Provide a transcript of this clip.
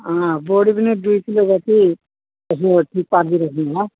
अँ बोडी पनि दुई किलो जति ठिक पारिदिई राखिदिनु होला